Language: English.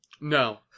no